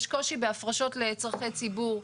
יש קושי בהפרשות לצרכי ציבור,